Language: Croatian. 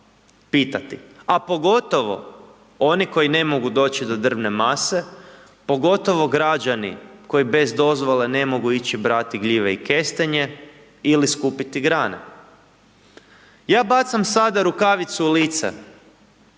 pitati, a pogotovo oni koji ne mogu doći do drvne mase, pogotovo građani koji bez dozvole ne mogu ići brati gljive i kestenje ili skupiti grane. Ja bacam sada rukavicu u lice